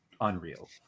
unreal